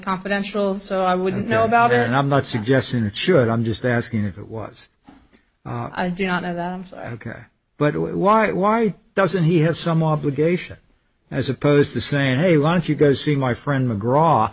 confidential so i wouldn't know about it and i'm not suggesting it should i'm just asking if it was i do not know that i care but why it why doesn't he have some obligation as opposed to saying hey why don't you go see my friend mcgra